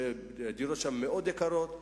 שבו הדירות מאוד יקרות,